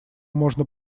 можно